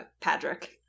Patrick